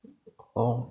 orh